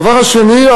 הדבר השני,